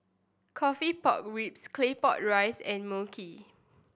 coffee pork ribs Claypot Rice and Mui Kee